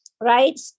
right